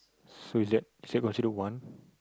so is that is that considered one